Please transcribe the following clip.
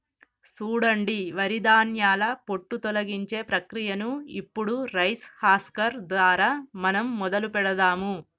సూడండి వరి ధాన్యాల పొట్టు తొలగించే ప్రక్రియను ఇప్పుడు రైస్ హస్కర్ దారా మనం మొదలు పెడదాము